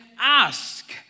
ask